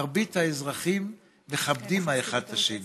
מרבית האזרחים מכבדים האחד את השני.